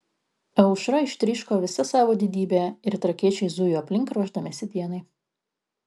aušra ištryško visa savo didybe ir trakiečiai zujo aplink ruošdamiesi dienai